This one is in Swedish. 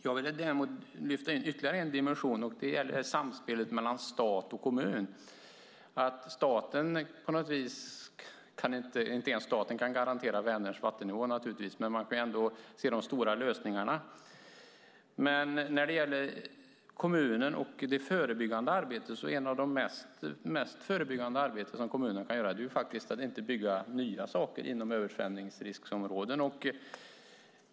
Jag vill lyfta in ytterligare en dimension, nämligen samspelet mellan stat och kommun. Inte ens staten kan garantera Vänerns vattennivå naturligtvis, men man kan se de stora lösningarna. Något av det mest förebyggande som kommunen kan göra är att inte bygga nytt inom översvämningsriskområden.